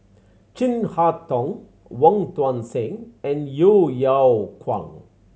Chin Harn Tong Wong Tuang Seng and Yeo Yeow Kwang